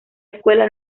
escuela